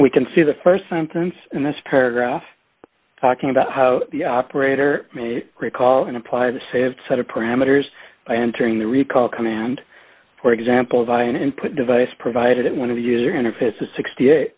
we can see the st sentence in this paragraph talking about how the operator may recall and apply the same set of parameters by entering the recall command for example via an input device provided one of the user interface is sixty eight